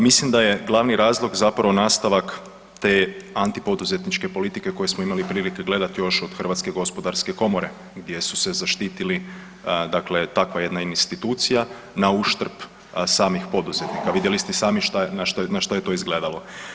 Mislim da je glavni razlog zapravo nastavak te antipoduzetničke politike koju smo imali prilike gledati još od HGK gdje su se zaštitili dakle takva jedna institucija nauštrb samih poduzetnika, vidjeli ste i sami šta je, na što je to izgledalo.